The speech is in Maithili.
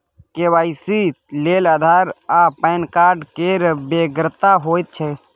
के.वाई.सी लेल आधार आ पैन कार्ड केर बेगरता होइत छै